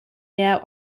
now